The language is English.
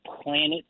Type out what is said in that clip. planet